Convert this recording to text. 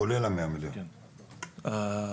אה,